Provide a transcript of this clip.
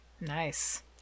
Nice